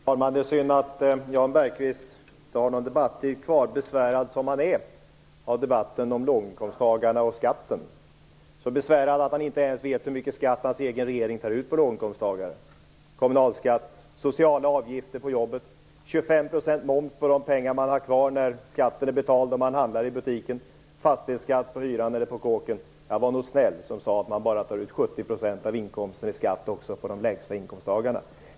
Herr talman! Det är synd att Jan Bergqvist inte har någon debattid kvar, besvärad som han är av debatten om låginkomsttagarna och skatten. Han är så besvärad att han inte ens vet hur mycket skatt hans egen regering tar ut av låginkomsttagare. Det är kommunalskatt, sociala avgifter på jobbet, 25 % moms på de pengar man har kvar när skatten är betald och man handlar i butikerna och fastighetsskatt på hyran eller huset. Jag var nog snäll som sade att man bara tar ut 70 % av inkomsten i skatt också av dem med de lägsta inkomsterna.